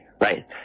right